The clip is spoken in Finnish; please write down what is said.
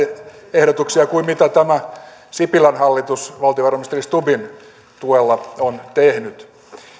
ehdotuksia kuin mitä tämä sipilän hallitus valtiovarainministeri stubbin tuella on tehnyt